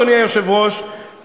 אדוני היושב-ראש,